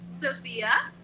Sophia